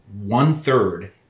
one-third